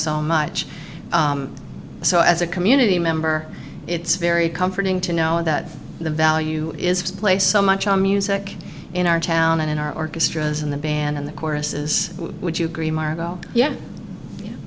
much so as a community member it's very comforting to know that the value is placed so much on music in our town and in our orchestras in the band in the choruses would you agree margot yeah